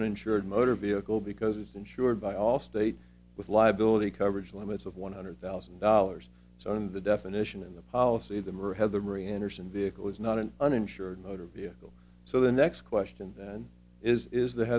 uninsured motor vehicle because it's insured by allstate with liability coverage limits of one hundred thousand dollars so in the definition in the policy the moorhead the ray anderson vehicle is not an uninsured motor vehicle so the next question is is the